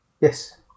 Yes